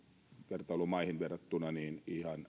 vertailumaihin verrattuna